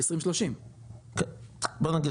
2030. בוא נגיד,